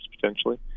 potentially